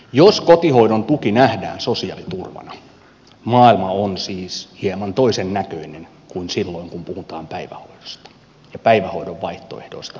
jos kotihoidon tuki nähdään sosiaaliturvana maailma on siis hieman toisennäköinen kuin silloin kun puhutaan päivähoidosta ja päivähoidon vaihtoehdoista mahdollisuuksista